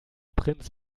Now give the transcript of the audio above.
prinz